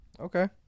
Okay